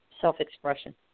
self-expression